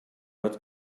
not